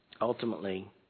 Ultimately